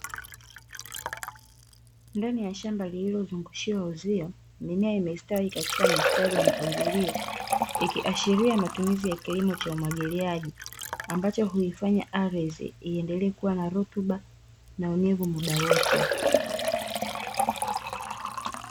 Ndani ya shamba lililozungushiwa uzio, mimea imestawi katika mistari ya mpangilio ikiashiria matumizi ya kilimo cha umwagiliaji, ambacho huifanya ardhi iendelee kuwa na rutuba na unyevu muda wote.